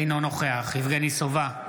אינו נוכח יבגני סובה,